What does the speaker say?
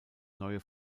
neue